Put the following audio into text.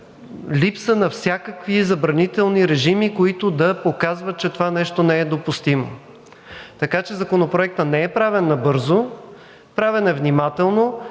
липса на всякакви забранителни режими, които да показват, че това нещо не е допустимо. Така че Законопроектът не е правен набързо. Правен е внимателно.